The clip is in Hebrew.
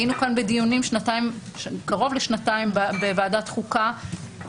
היינו כאן בדיונים קרוב לשנתיים בוועדת החוקה,